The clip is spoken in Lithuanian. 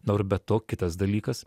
nu ir be to kitas dalykas